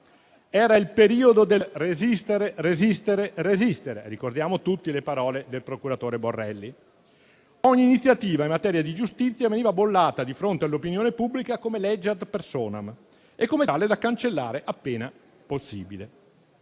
era il periodo del "resistere, resistere, resistere", e ricordiamo tutti le parole del procuratore Borrelli. Ogni iniziativa in materia di giustizia veniva bollata di fronte all'opinione pubblica come legge *ad personam* e, come tale, da cancellare appena possibile.